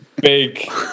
big